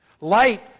Light